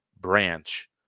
branch